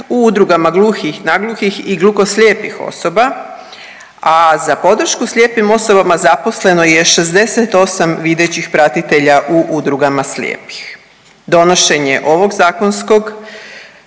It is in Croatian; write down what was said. u udrugama gluhih i nagluhih i gluhoslijepih osoba, a za podršku slijepim osobama zaposleno je 68 videćih pratitelja u udrugama slijepih. Donošenje ovog zakonskog